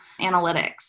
analytics